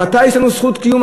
מתי יש לנו זכות קיום,